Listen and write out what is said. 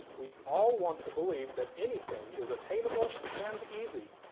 we all want to believe that anything is attainable and easy.